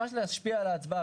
ממש להשפיע על ההצבעה,